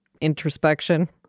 introspection